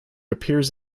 appears